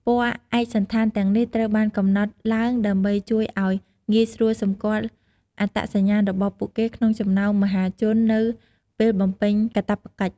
ពណ៌ឯកសណ្ឋានទាំងនេះត្រូវបានកំណត់ឡើងដើម្បីជួយឲ្យងាយស្រួលសម្គាល់អត្តសញ្ញាណរបស់ពួកគេក្នុងចំណោមមហាជននៅពេលបំពេញកាតព្វកិច្ច។